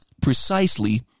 precisely